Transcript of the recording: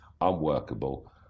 unworkable